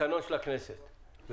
ותקנון הכנסת תמיד מנצחים אותי.